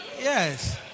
Yes